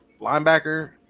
linebacker